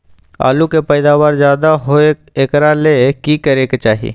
आलु के पैदावार ज्यादा होय एकरा ले की करे के चाही?